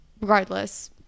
regardless